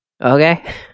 okay